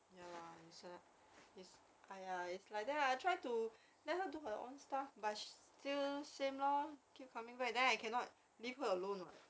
ya lah it's it's !aiya! it's like lah I try to let her do her own stuff but still same lor keep coming back then I cannot leave her alone [what]